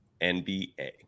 NBA